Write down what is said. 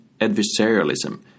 adversarialism